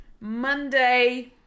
Monday